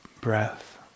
breath